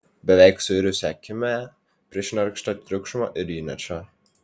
beveik suirusią kimią prišnerkštą triukšmo ir įniršio